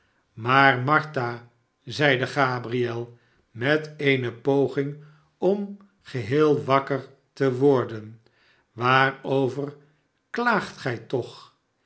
jmaar martha zeide gabriel met eene poging om geheel wakker te worden swaarover klaagt gij toch